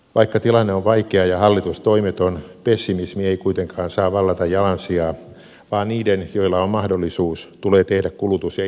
vaikka tilanne on vaikea ja hallitus toimeton pessimismi ei kuitenkaan saa vallata jalansijaa vaan niiden joilla on mahdollisuus tulee tehdä kulutus ja investointipäätöksiä